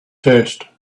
test